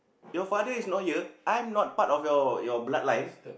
your father is not here I'm not part of your your bloodline